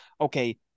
Okay